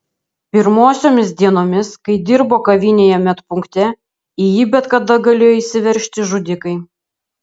pirmosiomis dienomis kai dirbo kavinėje medpunkte į jį bet kada galėjo įsiveržti žudikai